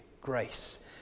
Grace